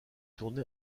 tourné